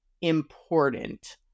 important